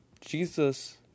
Jesus